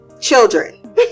children